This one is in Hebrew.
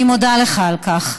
אני מודה לך על כך,